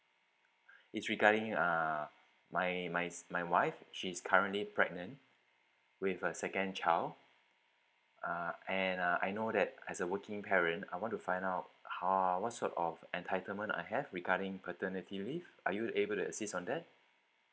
it's regarding err my my my wife she's currently pregnant with a second child uh and uh I know that as a working parent I want to find out how what sort of entitlement I have regarding paternity leave are you able to assist on that